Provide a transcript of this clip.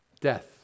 death